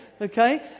okay